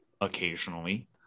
occasionally